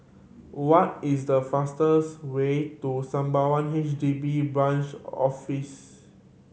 what is the fastest way to Sembawang H D B Branch Office